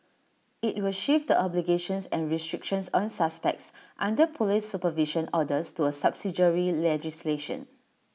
IT will shift obligations and restrictions on suspects under Police supervision orders to A subsidiary legislation